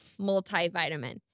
multivitamin